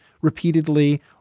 repeatedly